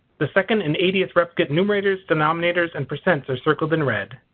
the second and eightieth replicate numerators, denominators and percents are circled in red.